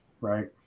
right